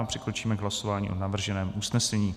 Přikročíme k hlasování o navrženém usnesení.